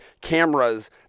cameras